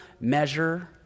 measure